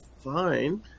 fine